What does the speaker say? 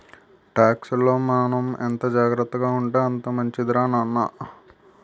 టాక్సుల్లో మనం ఎంత జాగ్రత్తగా ఉంటే అంత మంచిదిరా నాన్న